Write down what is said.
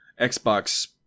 Xbox